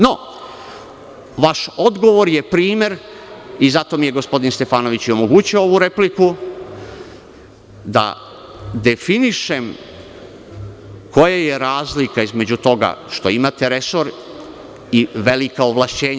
No, vaš odgovor je primer i zato mi je gospodin Stefanović omogućio ovu repliku, da definišem koja je razlika između toga što imate resor i velika ovlašćenja.